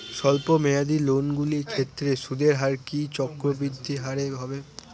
স্বল্প মেয়াদী লোনগুলির ক্ষেত্রে সুদের হার কি চক্রবৃদ্ধি হারে হবে?